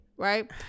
Right